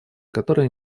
которая